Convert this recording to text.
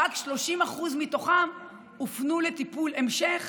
ורק 30% מתוכם הופנו לטיפול המשך